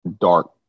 dark